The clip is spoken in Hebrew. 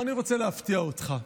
אני רוצה להפתיע אותך,